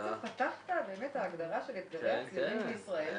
פתחת את ההגדרה של אתגרי הצעירים בישראל,